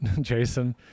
Jason